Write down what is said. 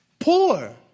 Poor